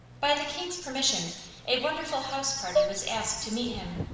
by the king's permission a wonderful house party was asked to meet him.